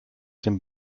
den